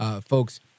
folks